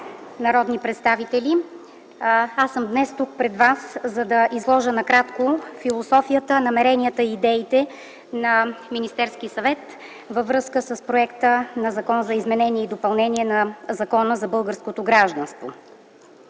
народни представители! Аз съм днес тук пред вас, за да изложа накратко философията, намеренията и идеите на Министерския съвет във връзка с проекта на Закона за изменение и допълнение на Закона за българското гражданство.